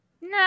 No